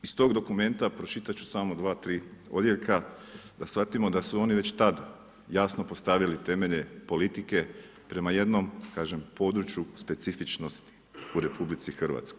Iz tog dokumenta pročitat ću samo 2, 3 odjeljka da shvatimo da su oni već tad jasno postavili temelje politike prema jednom, kažem, području specifičnosti u RH.